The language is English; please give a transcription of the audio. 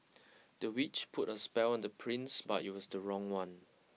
the witch put a spell on the prince but it was the wrong one